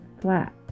flat